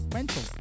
mental